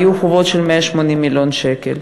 היו חובות של 180 מיליון שקל.